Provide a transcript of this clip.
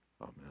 Amen